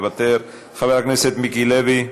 מוותר, חבר הכנסת מיקי לוי,